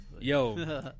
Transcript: Yo